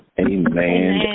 amen